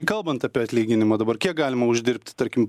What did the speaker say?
kalbant apie atlyginimą dabar kiek galima uždirbti tarkim